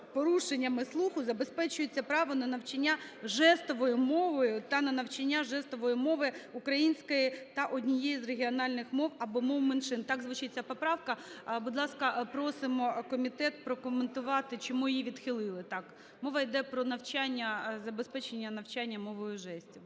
порушенням слуху забезпечується право на навчання жестовою мовою та на вивчення жестової мови української та однієї з регіональних мов або мов меншин". Так звучить ця поправка. Будь ласка, просимо комітет прокоментувати, чому її відхили так. Мова йде про навчання, забезпечення навчання мовою жестів.